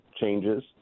changes